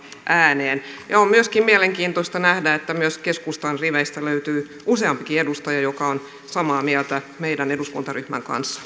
ääneen ja on myöskin mielenkiintoista nähdä että myös keskustan riveistä löytyy useampikin edustaja joka on samaa mieltä meidän eduskuntaryhmän kanssa